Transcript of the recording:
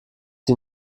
sie